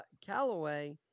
Callaway